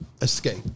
escape